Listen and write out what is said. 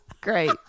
great